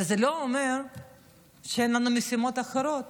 אבל זה לא אומר שאין לנו משימות אחרות.